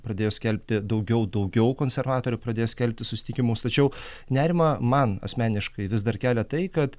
pradėjo skelbti daugiau daugiau konservatorių pradėjo skelbti susitikimus tačiau nerimą man asmeniškai vis dar kelia tai kad